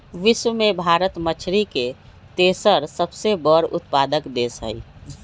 विश्व में भारत मछरी के तेसर सबसे बड़ उत्पादक देश हई